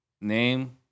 name